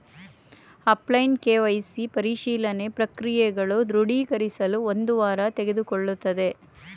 offline KYC ಪರಿಶೀಲನೆ ಪ್ರಕ್ರಿಯೆಗಳು ದೃಢೀಕರಿಸಲು ಒಂದು ವಾರ ತೆಗೆದುಕೊಳ್ಳುತ್ತದೆ